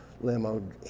limo